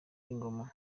ingoma